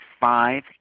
five